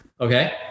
okay